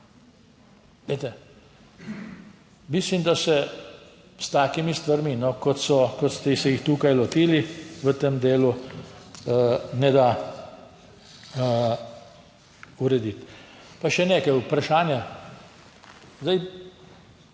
Glejte, mislim, da se s takimi stvarmi kot so, kot ste se jih tukaj lotili v tem delu, ne da urediti. Pa še nekaj, vprašanje. Zdaj